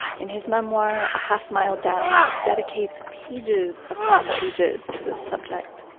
in his memoir, a half mile down, he dedicates pages upon pages to this subject